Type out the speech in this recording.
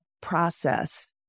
process